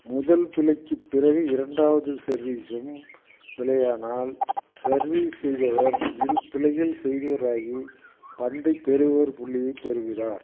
முதல் பிழைக்குப் பிறகு இரண்டாவது சர்வீஸும் பிழையானால் சர்வீஸ் செய்பவர் இரு பிழைகள் செய்தவராகி பந்தைப் பெறுபவர் புள்ளியைப் பெறுகிறார்